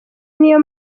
niyo